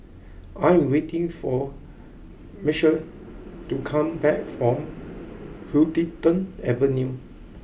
I am waiting for Michale to come back from Huddington Avenue